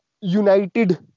united